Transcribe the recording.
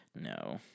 No